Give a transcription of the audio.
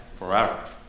Forever